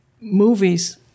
movies